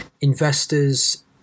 investors